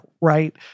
right